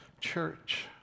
church